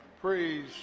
Praise